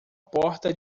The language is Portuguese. porta